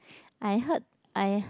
I heard I